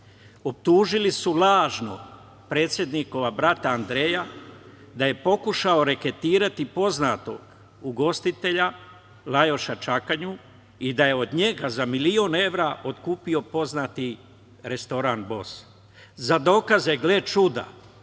optužili su lažno predsednikovog brata Andreja da je pokušao reketirati poznatog ugostitelja Lajoša Čakanju i da je od njega za milion evra otkupio poznati restoran „Bos“. Za dokaze, gle čuda,